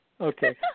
Okay